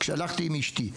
כשהלכתי עם אשתי.